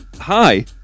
Hi